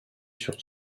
sur